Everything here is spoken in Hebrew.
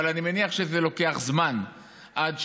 אבל אני מניח שזה לוקח זמן עד שכולם,